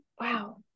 wow